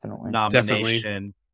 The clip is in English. nomination